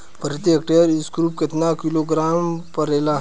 प्रति हेक्टेयर स्फूर केतना किलोग्राम परेला?